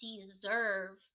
deserve